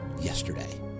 yesterday